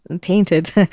tainted